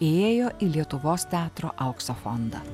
įėjo į lietuvos teatro aukso fondą